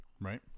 right